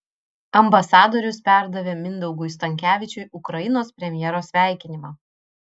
ambasadorius perdavė mindaugui stankevičiui ukrainos premjero sveikinimą